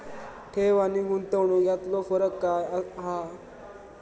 ठेव आनी गुंतवणूक यातलो फरक काय हा?